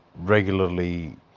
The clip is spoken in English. regularly